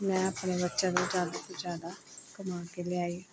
ਮੈਂ ਆਪਣੇ ਬੱਚਿਆਂ ਨੂੰ ਜ਼ਿਆਦਾ ਤੋਂ ਜ਼ਿਆਦਾ ਘੁੰਮਾ ਕੇ ਲਿਆਈ